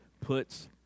puts